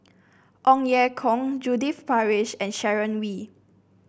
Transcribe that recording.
Ong Ye Kung Judith Prakash and Sharon Wee